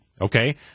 okay